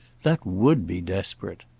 that would be desperate!